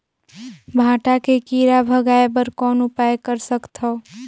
भांटा के कीरा भगाय बर कौन उपाय कर सकथव?